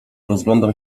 rozglądam